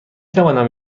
توانم